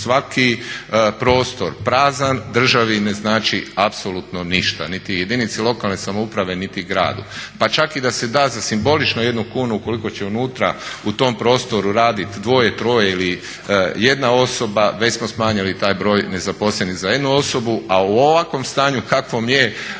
svaki prostor prazan državi ne znači apsolutno ništa, niti jedinici lokalne samouprave niti gradu. Pa čak i da se da za simboličnu jednu kunu ukoliko će unutra u tom prostoru radit dvoje, troje ili jedna osoba već smo smanjili taj broj nezaposlenih za jednu osobu, a u ovakvom stanju u kakvom je